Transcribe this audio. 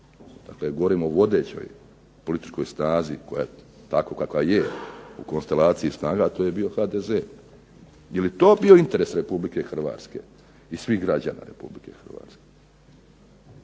Dakle govorim o vodećoj političkoj snazi koja takva kakva je u konstelaciji snaga, a to je bio HDZ. Je li to bio interes Republike Hrvatske i svih građana Republike Hrvatske?